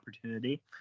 opportunity